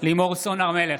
לימור סון הר מלך,